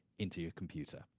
into your computer.